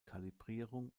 kalibrierung